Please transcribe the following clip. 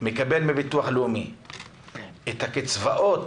מקבל מן הביטוח הלאומי את הקצבאות